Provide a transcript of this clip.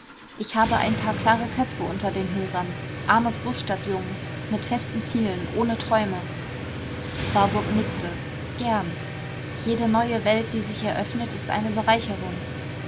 ich habe ein paar klare köpfe unter den hörern arme großstadtjungens mit festen zielen ohne träume warburg nickte gern jede neue welt die sich eröffnet ist eine bereicherung